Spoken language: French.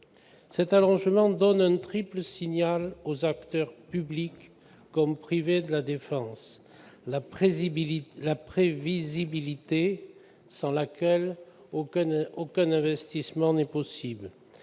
Cet allongement donne un triple signal aux acteurs, publics comme privés, de la défense : la prévisibilité, sans laquelle aucun investissement n'est possible,